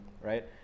right